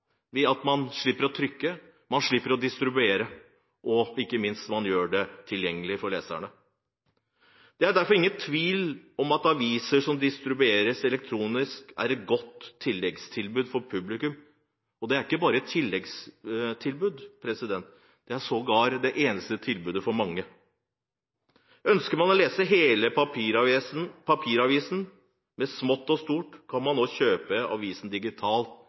at man slipper å trykke, man slipper å distribuere, og, ikke minst, man gjør avisen tilgjengelig for leserne. Det er derfor ingen tvil om at aviser som distribueres elektronisk, er et godt tilleggstilbud til publikum. Og det er ikke bare et tilleggstilbud, det er sågar det eneste tilbudet til mange. Ønsker man å lese hele papiravisen, med smått og stort, kan man nå kjøpe den digitale avisen